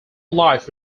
life